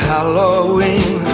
Halloween